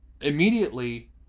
immediately